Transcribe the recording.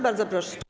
Bardzo proszę.